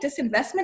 disinvestment